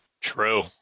true